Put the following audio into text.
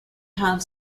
have